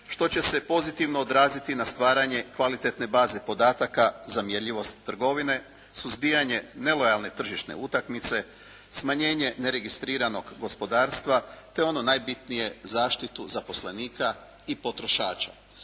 što će se pozitivno odraziti na stvaranje kvalitetne baze podataka za mjerljivost trgovine, suzbijanje nelojalne tržišne utakmice, smanjenje ne registriranog gospodarstva te ono najbitnije, zaštitu zaposlenika i potrošača.